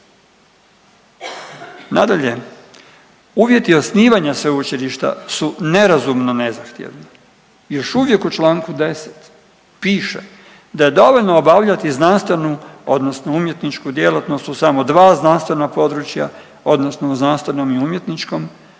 Nadalje, uvjeti osnivanja sveučilišta su nerazumno ne zahtjevni, još uvijek u čl.10. piše da je dovoljno obavljati znanstvenu odnosno umjetničku djelatnost u samo dva znanstvena područja odnosno u znanstvenom i umjetničkom